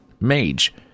Mage